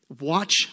watch